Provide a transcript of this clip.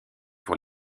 pour